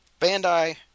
Bandai